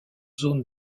zone